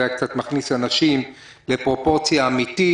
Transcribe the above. זה היה מכניס אנשים לפרופורציה אמתית,